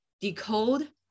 Decode